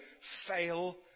fail